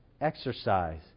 exercise